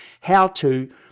how-to